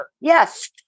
yes